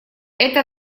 эта